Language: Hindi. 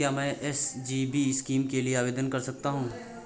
क्या मैं एस.जी.बी स्कीम के लिए आवेदन कर सकता हूँ?